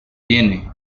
viene